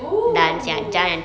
oo